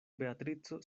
beatrico